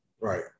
Right